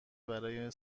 برای